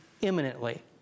imminently